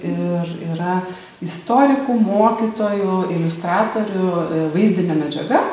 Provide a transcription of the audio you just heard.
ir yra istorikų mokytojų iliustratorių vaizdinė medžiaga